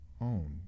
own